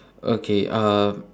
okay uh